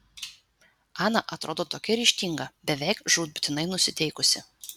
ana atrodo tokia ryžtinga beveik žūtbūtinai nusiteikusi